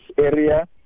area